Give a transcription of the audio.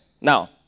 Now